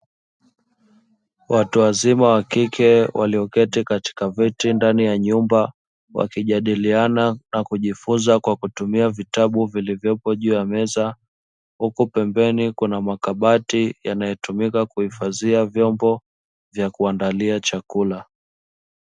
Watu wazima wa kike walioketi katika viti ndani ya nyumba wakijadiliana na kujifunza kwa kutumia vitabu vilivyopo juu ya meza, huko pembeni kuna makabati yanayotumika kuhifadhia vyombo vya kuandalia chakula.